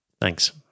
Thanks